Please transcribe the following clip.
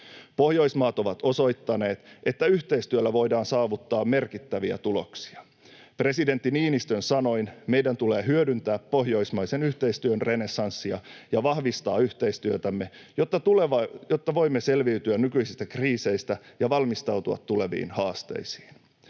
Pohjoismaat ovat osoittaneet, että yhteistyöllä voidaan saavuttaa merkittäviä tuloksia. Presidentti Niinistön sanoin meidän tulee hyödyntää pohjoismaisen yhteistyön renessanssia ja vahvistaa yhteistyötämme, jotta voimme selviytyä nykyisistä kriiseistä ja valmistautua tuleviin haasteisiin.